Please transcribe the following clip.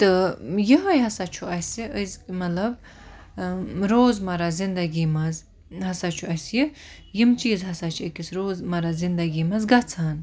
تہٕ یِہے ہَسا چھُ اَسہِ أس مَطلَب روز مَرا زِندگی مَنٛز ہَسا چھُ اَسہِ یہِ یِم چیٖز ہَسا چھِ أکِس روزمَرا زِندَگی مَنٛز گَژھان